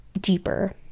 deeper